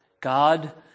God